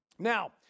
Now